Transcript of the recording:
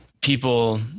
people